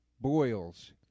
Boils